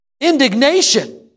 Indignation